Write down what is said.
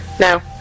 No